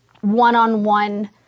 one-on-one